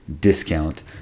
discount